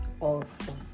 Awesome